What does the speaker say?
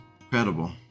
Incredible